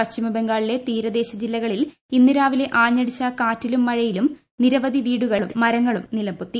പശ്ചിമബംഗാളിലെ തീരദേശജില്ല കളിൽ ഇന്ന് രാവിലെ ആഞ്ഞടിച്ച കാറ്റിലും മഴയിലും നിരവധി വീടുകളും മരങ്ങളും നിലംപൊത്തി